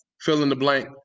fill-in-the-blank